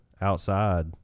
outside